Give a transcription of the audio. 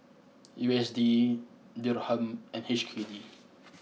U S D Dirham and H K D